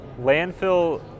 landfill